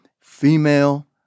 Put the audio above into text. female